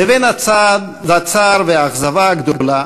לבין הצער והאכזבה הגדולה